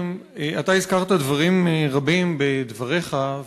אתה הזכרת דברים רבים בדבריך,